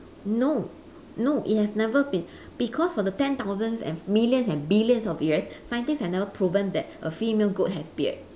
no no it has never been because for the ten thousands and millions and billions of years scientist have never proven that a female goat has beard